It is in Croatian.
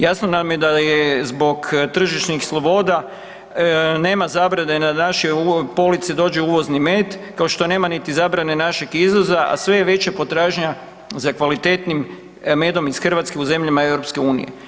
Jasno nam je da je zbog tržišnih sloboda nema zabrane da na naše police dođe uvozni med, kao što nema niti zabrane našeg izvoza, a sve je veća potražnja za kvalitetnim medom iz Hrvatske u zemljama EU.